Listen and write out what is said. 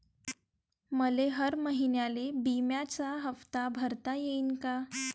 मले हर महिन्याले बिम्याचा हप्ता भरता येईन का?